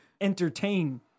entertain